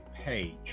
page